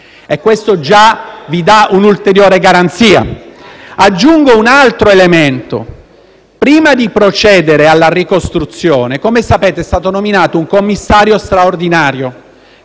e questo già vi da un’ulteriore garanzia. Aggiungo un altro elemento: prima di procedere alla ricostruzione, come sapete, è stato nominato un commissario straordinario